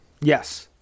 Yes